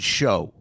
show